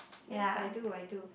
yes I do I do